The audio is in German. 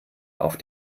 auf